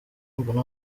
mbone